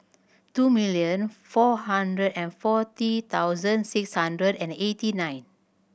two million four hundred and forty thousand six hundred and eighty nine